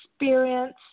experience